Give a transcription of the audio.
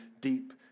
deep